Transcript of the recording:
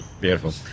Beautiful